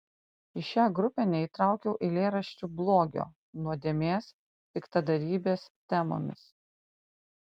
į šią grupę neįtraukiau eilėraščių blogio nuodėmės piktadarybės temomis